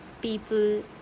people